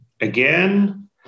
again